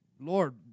Lord